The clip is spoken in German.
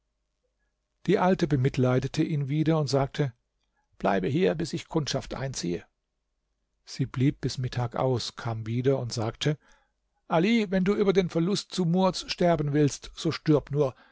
die alte bemitleidete ihn wieder und sagte bleibe hier bis ich kundschaft einziehe sie blieb bis mittag aus kam wieder und sagte ali wenn du über den verlust sumurds sterben willst so stirb nur